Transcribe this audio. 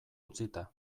utzita